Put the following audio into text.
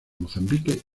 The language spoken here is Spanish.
mozambique